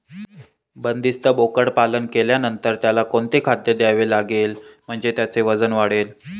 बंदिस्त बोकडपालन केल्यानंतर त्याला कोणते खाद्य द्यावे लागेल म्हणजे त्याचे वजन वाढेल?